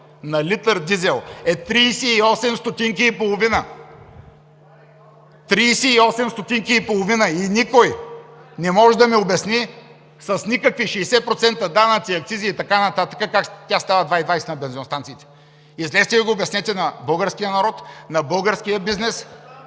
стотинки и половина и никой не може да ми обясни с никакви 60% данъци, акцизи и така нататък как тя става 2,20 на бензиностанциите? Излезте и го обяснете на българския народ, на българския бизнес